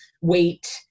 weight